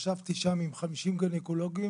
ישבתי שם עם 50 גינקולוגים,